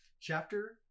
Chapter